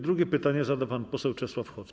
Drugie pytanie zada pan poseł Czesław Hoc.